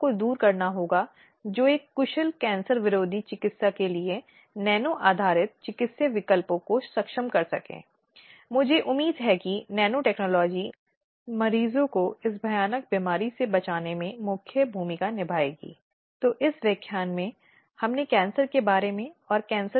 कोई पूर्वाग्रह नहीं हो सकता है केवल आंतरिक समितियों का हिस्सा होने की स्थिति में पूर्वाग्रह का आरोप है एक नियोक्ता की जिम्मेदारी यह देखने के लिए कि इस तरह के आरोपों को पहले जांचा और हटाया गया है और फिर केवल आंतरिक अनुपालन समिति आगे अनुपालन के साथ आगे बढ़ सकती है